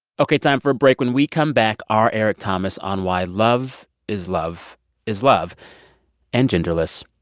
ok. time for a break. when we come back r eric thomas on why love is love is love and genderless.